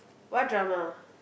what drama